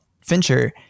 Fincher